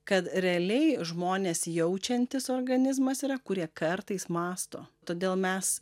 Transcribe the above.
kad realiai žmonės jaučiantis organizmas yra kurie kartais mąsto todėl mes